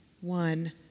one